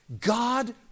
God